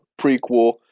prequel